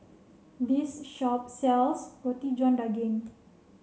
this shop sells Roti John Daging